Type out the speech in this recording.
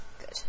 Good